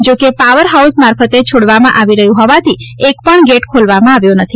જો કે power house મારફતે છોડવામાં આવી રહ્યું હોવાથી એક પણ ગેટ ખોલવામાં આવ્યો નથી